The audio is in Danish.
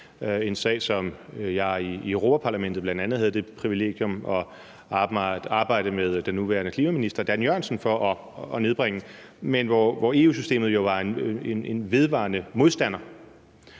en sag, som jeg bl.a. i Europa-Parlamentet havde det privilegium at arbejde for sammen med den nuværende klimaminister, Dan Jørgensen, for at nedbringe transporttiden, men hvor EU-systemet jo var en vedvarende modstander.